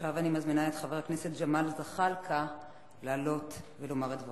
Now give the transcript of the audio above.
אני מזמינה את חבר הכנסת ג'מאל זחאלקה לעלות ולומר את דברו.